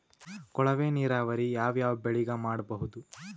ಕೊಳವೆ ನೀರಾವರಿ ಯಾವ್ ಯಾವ್ ಬೆಳಿಗ ಮಾಡಬಹುದು?